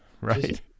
right